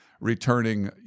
returning